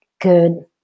good